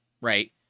right